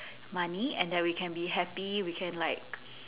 money and that we can be happy we can like